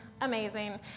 amazing